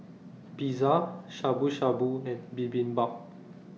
Pizza Shabu Shabu and Bibimbap